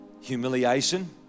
humiliation